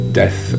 death